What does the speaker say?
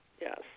Yes